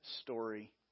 story